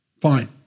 fine